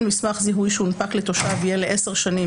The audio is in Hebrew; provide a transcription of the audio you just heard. מסמך זיהוי שהונפק לתושב יהיה לעשר שנים,